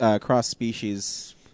cross-species